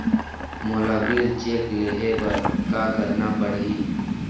मोला bill check ले हे बर का करना पड़ही ही?